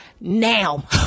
now